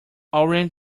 orient